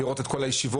לראות את כל הישיבות,